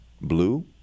Blue